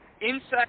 inside